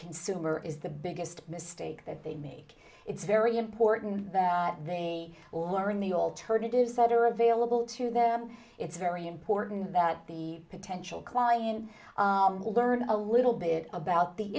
consumer is the biggest mistake that they make it's very important that they all are in the alternatives that are available to them it's very important that the potential client learn a little bit about the